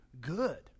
good